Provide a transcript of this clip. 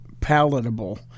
palatable